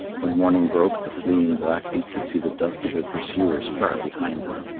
when morning broke, the fleeing blackfeet could see the dust of their pursuers far behind them.